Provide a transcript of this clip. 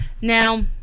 Now